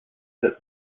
hit